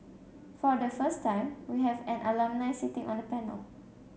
for the first time we have an alumni sitting on the panel